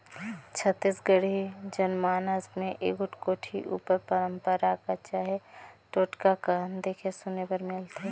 छत्तीसगढ़ी जनमानस मे एगोट कोठी उपर पंरपरा कह चहे टोटका कह देखे सुने बर मिलथे